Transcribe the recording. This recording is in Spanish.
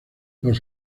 los